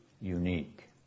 unique